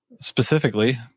Specifically